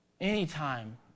Anytime